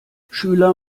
schüler